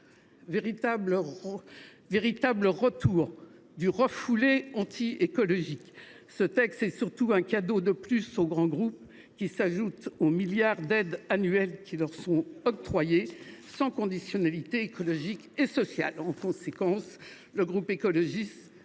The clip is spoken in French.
Véritable retour du refoulé antiécologique, ce texte est surtout un cadeau de plus aux grands groupes. Il s’ajoute aux milliards d’euros d’aides annuelles qui leur sont octroyés sans conditionnalité écologique et sociale. En conséquence, le groupe Écologiste